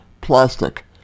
plastic